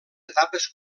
etapes